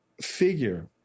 figure